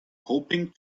hoping